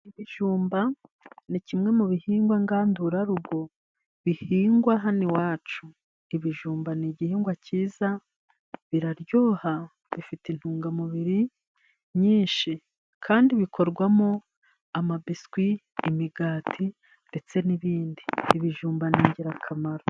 Ibijumba ni kimwe mu bihingwa ngandurarugo bihingwa hano iwacu. Ibijumba ni igihingwa cyiza. Biraryoha bifite intungamubiri nyinshi kandi bikorwamo amabiswi, imigati ndetse n'ibindi. Ibijumba ni ingirakamaro.